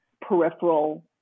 peripheral